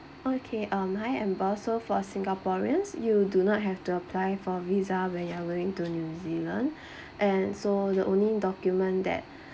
okay um hi so for singaporeans you do not have to apply for a visa when you are moving to new zealand and so the only document that